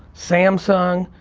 samsung,